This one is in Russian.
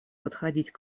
подходить